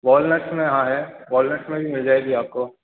walnuts में हाँ है वोलनट्स में भी मिल जाएगी आपको